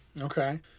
okay